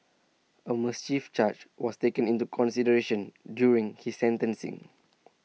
A mischief charge was taken into consideration during his sentencing